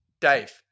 Dave